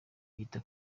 yita